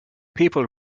people